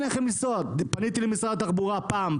פניתי למשרד התחבורה פעם,